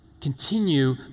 Continue